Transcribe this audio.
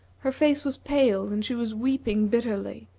her face was pale, and she was weeping bitterly.